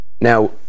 Now